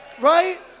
Right